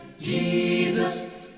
Jesus